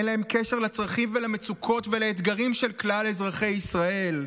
אין להם קשר לצרכים ולמצוקות ולאתגרים של כלל אזרחי ישראל,